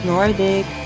Nordic